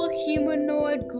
humanoid